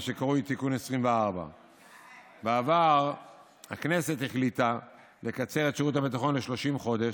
מה שקרוי תיקון 24. בעבר הכנסת החליטה לקצר את שירות הביטחון ל-30 חודש,